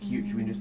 mm